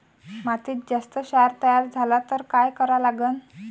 मातीत जास्त क्षार तयार झाला तर काय करा लागन?